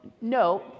No